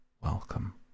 welcome